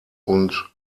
und